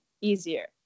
easier